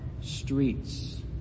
streets